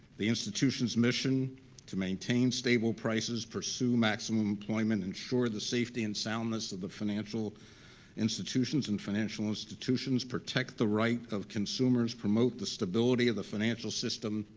the institution's mission to maintain stable prices, pursue maximum employment, ensure the safety and soundness of the financial institutions and financial institutions protect the right of consumers, promote the stability of the financial system,